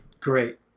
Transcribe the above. great